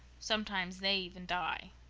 sometimes they even die,